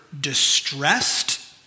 distressed